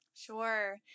Sure